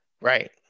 Right